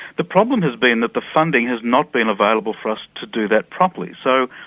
the problem has been that the funding has not been available for us to do that properly, so,